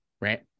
Right